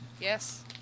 Yes